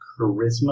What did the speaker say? charisma